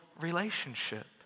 relationship